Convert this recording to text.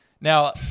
Now